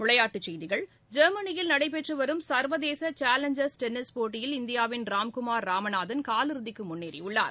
விளையாட்டுச் செய்திகள் ஜெர்மனியில் நடைபெற்றுவரும் சர்வதேசசாலஞ்சர் டென்னிஸ் போட்டியில் இந்தியாவின் ராம்குமார் ராமநாதன் காலிறுதிக்குமுன்னேறியுள்ளார்